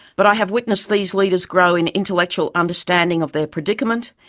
but i have witnessed these leaders grow in intellectual understanding of their predicament,